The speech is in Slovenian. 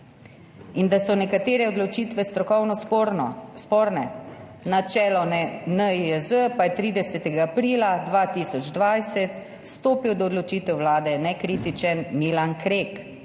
in da so nekatere odločitve strokovno sporne. Na čelo NIJZ pa je 30. aprila 2020 stopil do odločitev Vlade nekritičen Milan Krek,